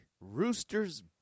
Rooster's